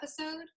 episode